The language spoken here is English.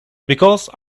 because